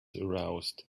aroused